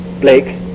Blake